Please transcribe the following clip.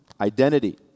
identity